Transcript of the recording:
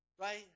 Right